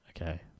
okay